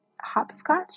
hopscotch